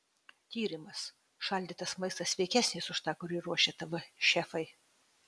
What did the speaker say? tyrimas šaldytas maistas sveikesnis už tą kurį ruošia tv šefai